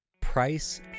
price